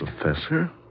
Professor